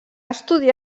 estudiar